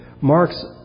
marks